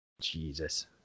Jesus